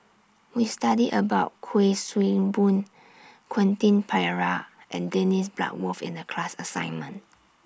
We studied about Kuik Swee Boon Quentin Pereira and Dennis Bloodworth in The class assignment